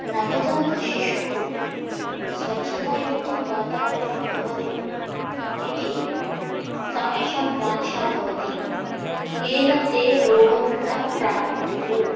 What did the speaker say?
नवजातशिशोः स्वच्छतायुक्तं वातावरणं भवतु इति समेषां वाञ्छा भवति येन ते रोगं न प्राप्नुयुः